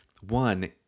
one